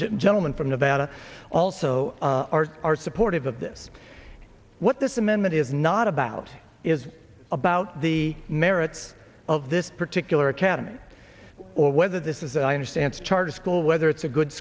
gentleman from nevada also are are supportive of this what this amendment is not about is about the merits of this particular academy or whether this is i understand a charter school whether it's a good